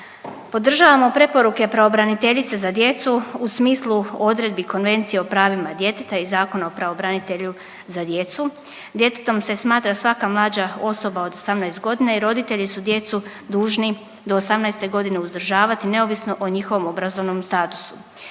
Podržavamo preporuke pravobraniteljice za djecu u smislu odredbi Konvencije o pravima djeteta i Zakona o pravobranitelju za djecu. Djetetom se smatra svaka mlađa osoba od 18 godina i roditelji su djecu dužni do 18 godina uzdržavati neovisno o njihovom obrazovnom statusu.